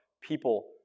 people